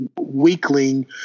Weakling